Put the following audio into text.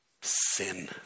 Sin